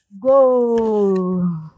Go